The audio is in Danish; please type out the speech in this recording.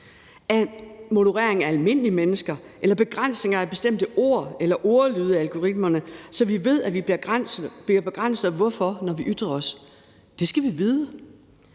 moderering af almindelige mennesker eller begrænsninger af bestemte ord eller ordlyde i algoritmerne, så vi ved, at vi bliver begrænset og hvorfor, når vi ytrer os. Det skal vi vide.